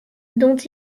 dont